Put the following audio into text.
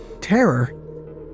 terror